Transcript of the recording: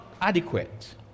adequate